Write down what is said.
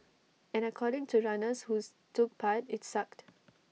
and according to runners who's took part IT sucked